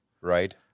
Right